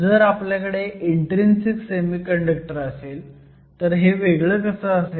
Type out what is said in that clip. जर आपल्याकडे intrinsic semiconductor असेल तर हे वेगळं कसं असेल